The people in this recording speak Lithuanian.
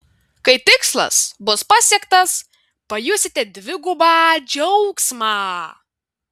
kai tikslas bus pasiektas pajusite dvigubą džiaugsmą